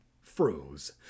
froze